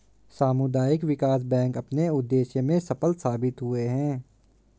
सामुदायिक विकास बैंक अपने उद्देश्य में सफल साबित हुए हैं